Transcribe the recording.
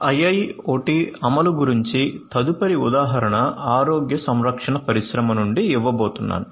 IIoT అమలు గురించి తదుపరి ఉదాహరణ ఆరోగ్య సంరక్షణ పరిశ్రమ నుండి ఇవ్వబోతున్నాను